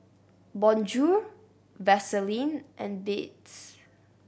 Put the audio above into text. Bonjour Vaseline and Beats